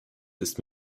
ist